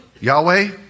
Yahweh